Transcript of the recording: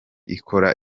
ikora